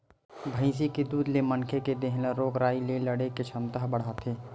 भइसी के दूद ले मनखे के देहे ल रोग राई ले लड़े के छमता ह बाड़थे